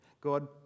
God